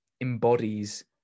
embodies